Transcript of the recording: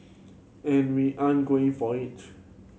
and we ain't going for it